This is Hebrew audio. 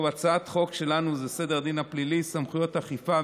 הצעת החוק שלנו היא סדר הדין הפלילי (סמכויות אכיפה,